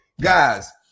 guys